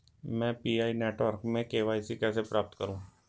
मैं PI network में KYC कैसे प्राप्त करूँ?